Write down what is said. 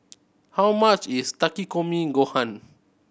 how much is Takikomi Gohan